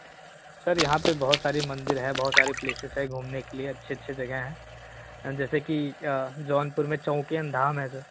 sir यहाँ पे बहुत सारी मंदिर हैं बहुत सारी प्लेसेस है घूमने के लिए अच्छे अच्छे जगह है सर जैसे कि जौनपुर में चौकिया धाम है